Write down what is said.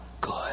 good